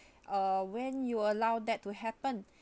uh when you allow that to happen